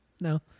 no